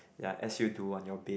ya as you do on your bed